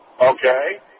Okay